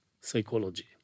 psychology